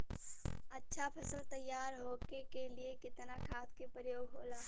अच्छा फसल तैयार होके के लिए कितना खाद के प्रयोग होला?